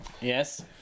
Yes